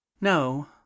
No